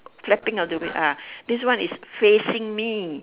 flapping of the wing ah this one is facing me